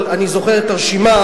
אבל אני זוכר את הרשימה,